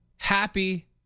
happy